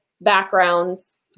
backgrounds